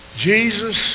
Jesus